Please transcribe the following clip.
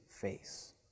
face